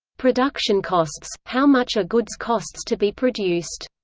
production costs how much a goods costs to be produced.